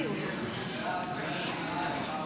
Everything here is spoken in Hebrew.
דיווח), התשפ"ג 2023, לוועדת החוקה,